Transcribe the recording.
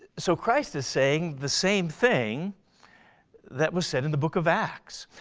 so christ is saying the same thing that was said in the book of acts.